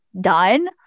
done